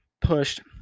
pushed